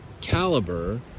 caliber